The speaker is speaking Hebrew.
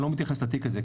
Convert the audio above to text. אני לא מתייחס לתיק הזה,